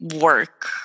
work